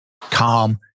Calm